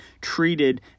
treated